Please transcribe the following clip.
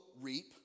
reap